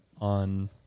on